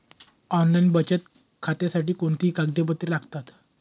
Online बचत खात्यासाठी कोणती कागदपत्रे लागतात?